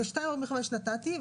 את ה-2.45% נתתי,